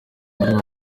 bari